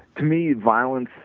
to me violence